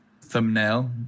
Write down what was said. thumbnail